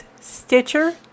Stitcher